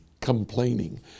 complaining